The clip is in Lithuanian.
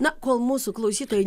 na kol mūsų klausytojai